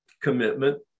commitment